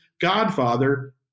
godfather